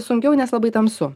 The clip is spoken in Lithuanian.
sunkiau nes labai tamsu